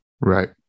Right